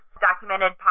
Documented